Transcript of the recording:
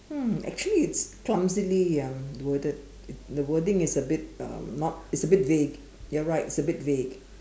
hmm actually it's clumsily um worded the wording is a bit um not it's a bit vague you're right it's a bit vague